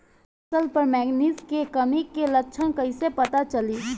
फसल पर मैगनीज के कमी के लक्षण कइसे पता चली?